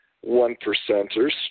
one-percenters